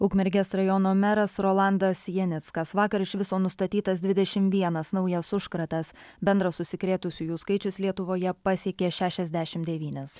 ukmergės rajono meras rolandas janickas vakar iš viso nustatytas dvidešim vienas naujas užkratas bendras užsikrėtusiųjų skaičius lietuvoje pasiekė šešiasdešimt devynis